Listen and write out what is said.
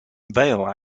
vale